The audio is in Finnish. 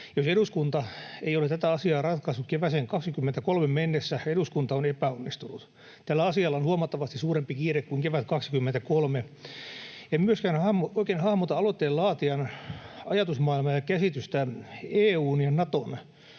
Jos eduskunta ei ole tätä asiaa ratkaissut kevääseen 23 mennessä, eduskunta on epäonnistunut. Tällä asialla on huomattavasti suurempi kiire kuin kevät 23. En myöskään oikein hahmota aloitteen laatijan ajatusmaailmaa ja käsitystä EU:n ja Naton